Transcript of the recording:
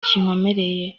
kinkomereye